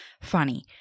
funny